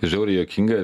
žiauriai juokinga